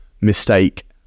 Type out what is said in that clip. mistake